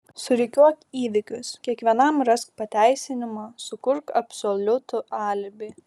surikiuok įvykius kiekvienam rask pateisinimą sukurk absoliutų alibi